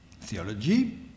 theology